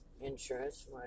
insurance